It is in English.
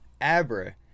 Abra